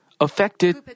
affected